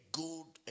good